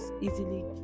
easily